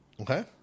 Okay